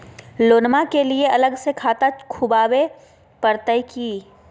लोनमा के लिए अलग से खाता खुवाबे प्रतय की?